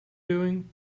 doing